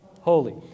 Holy